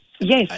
Yes